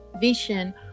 vision